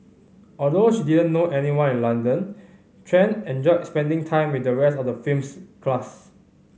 although she didn't know anyone in London Tran enjoyed spending time with the rest of the film's cast